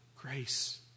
Grace